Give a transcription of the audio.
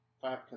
five